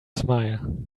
smile